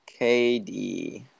KD